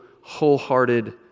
wholehearted